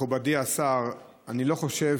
מכובדי השר, אני לא חושב